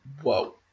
whoa